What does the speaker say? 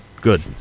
Good